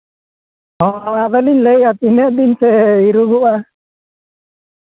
ᱦᱚᱸ ᱟᱫᱚᱞᱤᱧ ᱥᱟᱹᱭᱮᱜᱼᱟ ᱛᱤᱱᱟᱹᱜ ᱫᱤᱱ ᱛᱮ ᱤᱻᱨᱚᱜᱚᱜᱼᱟ